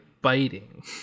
biting